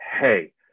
Hey